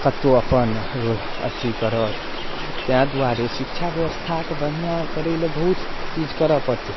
कतौ अपन अथी करत तेँ दुआरे शिक्षा व्यवस्थाके बढ़िआँ करय लए बहुत चीज करऽ पड़तै